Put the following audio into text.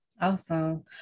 Awesome